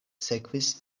sekvis